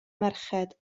merched